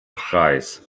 preis